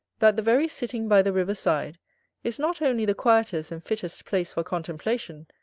that the very sitting by the river's side is not only the quietest and fittest place for contemplation,